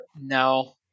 no